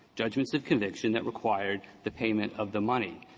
judgments of conviction that required the payment of the money.